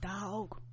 dog